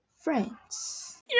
Friends